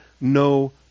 no